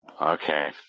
Okay